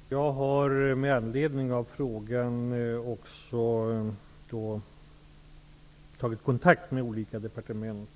Herr talman! Jag har med anledning av ställd fråga tagit kontakt med olika departement.